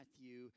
Matthew